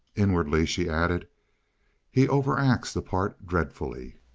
inwardly she added he overacts the part dreadfully.